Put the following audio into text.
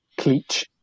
cleach